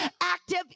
active